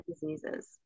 diseases